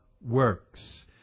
works